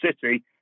City